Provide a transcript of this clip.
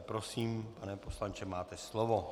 Prosím pane poslanče, máte slovo.